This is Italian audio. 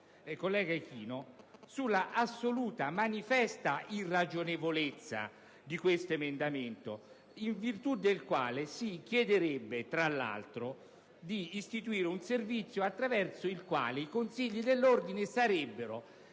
collega Ichino, sulla assoluta manifesta irragionevolezza di questo emendamento, in virtù del quale si chiederebbe tra l'altro di istituire un servizio attraverso il quale i consigli dell'ordine sarebbero,